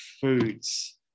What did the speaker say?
foods